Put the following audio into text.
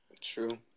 True